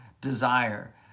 desire